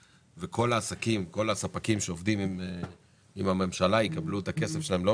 כך שכל הספקים שעובדים עם הממשלה יקבלו את הכסף שלהם באופן מידי,